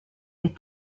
est